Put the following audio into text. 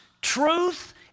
truth